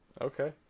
okay